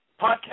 podcast